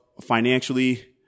financially